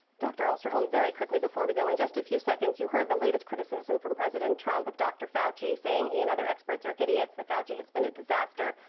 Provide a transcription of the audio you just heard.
dr. osterholm, very quickly, before we go, in just a few seconds you heard the latest criticism from president trump of dr. fauci, saying he and other experts are idiots, that fauci has been a disaster.